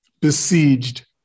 besieged